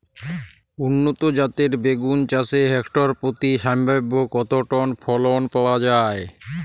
উন্নত জাতের বেগুন চাষে হেক্টর প্রতি সম্ভাব্য কত টন ফলন পাওয়া যায়?